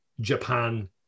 Japan